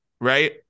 Right